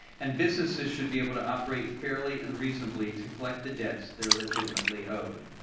and businesses should be able to operate fairly and reasonably to collect the debts they are legitimately owed.